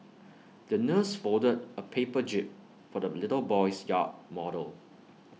the nurse folded A paper jib for the little boy's yacht model